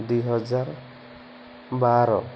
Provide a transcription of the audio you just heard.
ଦୁଇ ହଜାର ବାର